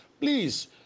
please